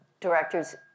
directors